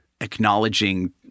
acknowledging